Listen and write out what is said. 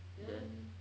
then